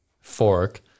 fork